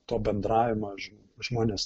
to bendravimą žmonės